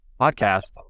Podcast